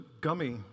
gummy